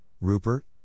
Rupert